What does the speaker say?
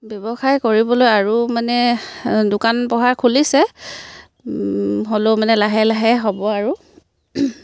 ব্যৱসায় কৰিবলৈ আৰু মানে দোকান পোহাৰ খুলিছে হ'লেও মানে লাহে লাহে হ'ব আৰু